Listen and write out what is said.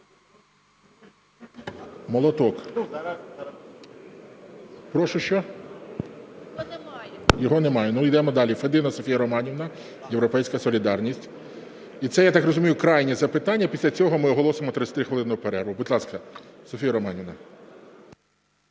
Його немає. ГОЛОВУЮЧИЙ. Його немає. Йдемо далі. Федина Софія Романівна. "Європейська солідарність". І це, я так розумію, крайнє запитання. Після цього ми оголосимо 30-хвилинну перерву. Будь ласка, Софіє Романівно.